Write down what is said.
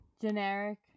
generic